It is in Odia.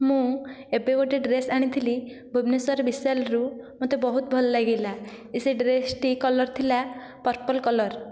ମୁଁ ଏବେ ଗୋଟିଏ ଡ୍ରେସ୍ ଆଣିଥିଲି ଭୁବନେଶ୍ୱର ଵିଶାଲରୁ ମୋତେ ବହୁତ ଭଲ ଲାଗିଲା ସେ ଡ୍ରେସଟି କଲର ଥିଲା ପରପଲ କଲର